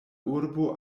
urbo